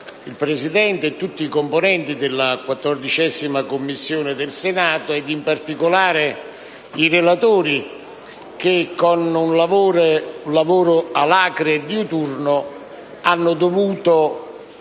il Presidente, tutti i componenti della 14a Commissione del Senato e, in particolare, i relatori che, con un lavoro alacre e diuturno, hanno dovuto